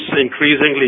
increasingly